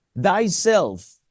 thyself